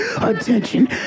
attention